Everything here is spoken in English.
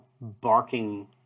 barking